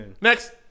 Next